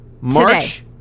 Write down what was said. March